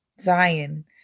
Zion